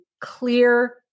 clear